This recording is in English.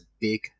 big